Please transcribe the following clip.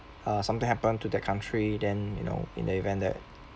uh something happen to that country then you know in the event that